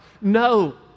No